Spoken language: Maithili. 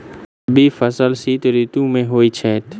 रबी फसल शीत ऋतु मे होए छैथ?